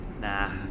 Nah